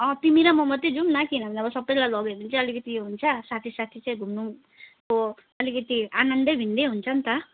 अँ तिमी र म मात्रै जौँ न किनभने अब सबैलाई लग्यो भने चाहिँ अलिकति हुन्छ साथी साथी चाहिँ घुम्नु अब अलिकति आनन्दै भिन्दै हुन्छ नि त